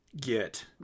get